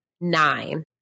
nine